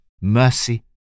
mercy